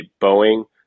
boeing